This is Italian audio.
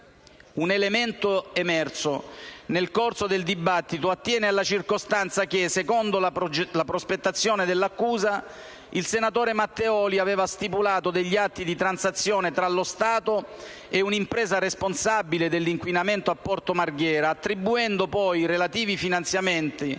Un elemento, emerso nel corso del dibattito, attiene alla circostanza che, secondo la prospettazione dell'accusa, il senatore Matteoli aveva stipulato degli atti di transazione tra lo Stato e un'impresa responsabile dell'inquinamento a Porto Marghera, attribuendo poi i relativi finanziamenti